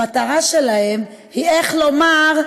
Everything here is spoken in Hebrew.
המטרה שלהם היא, איך לומר?